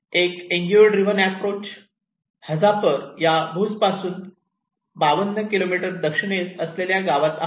एक NGO driven approach Hajapar या भुजपासून 52 किलोमीटर दक्षिणेस असलेल्या गावात आहे